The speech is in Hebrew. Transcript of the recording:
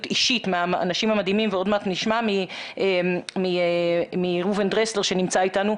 אישית של האנשים המדהימים ועוד מעט נשמע מראובן דרסלר שנמצא איתנו,